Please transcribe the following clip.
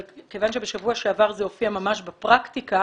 אבל מכיוון שבשבוע שעבר זה הופיע ממש בפרקטיקה